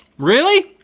really?